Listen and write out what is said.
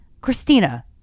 christina